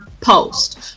post